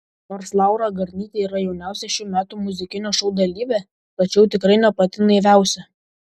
nors laura garnytė yra jauniausia šių metų muzikinio šou dalyvė tačiau tikrai ne pati naiviausia